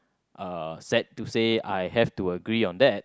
uh sad to say I have to agree on that